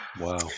Wow